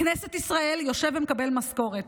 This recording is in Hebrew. בכנסת ישראל יושב ומקבל משכורת.